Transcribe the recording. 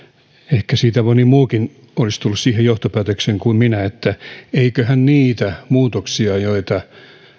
ehkä siitä moni muukin olisi tullut siihen johtopäätökseen kuin minä että eiköhän niitä muutoksia joita